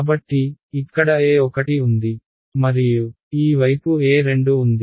కాబట్టి ఇక్కడ E1 ఉంది మరియు ఈ వైపు E2 ఉంది